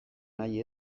nahi